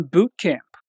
Bootcamp